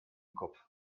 kopf